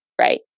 right